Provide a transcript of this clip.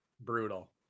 brutal